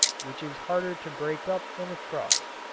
which is harder to break up than a trust.